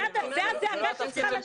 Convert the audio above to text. זאת הזעקה שצריכה לצאת.